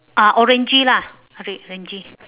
ah orangey lah red orangey